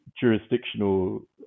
jurisdictional